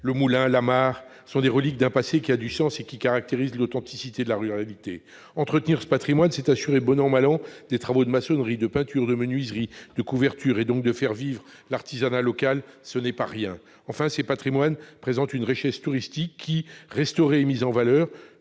le moulin, la mare sont les reliques d'un passé qui a du sens, et ils caractérisent l'authenticité de la ruralité. Entretenir ce patrimoine, c'est assurer bon an mal an des travaux de maçonnerie, de peinture, de menuiserie, de couverture. Cela fait donc vivre l'artisanat local ; ce n'est pas rien ! Enfin, ces patrimoines présentent une richesse touristique qui, restaurée et mise en valeur,